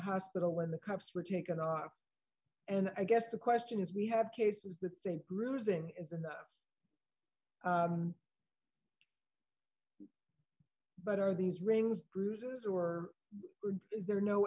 hospital when the cops were taken off and i guess the question is we have cases that think bruising is but are these rings bruises or is there no